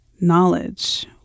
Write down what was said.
knowledge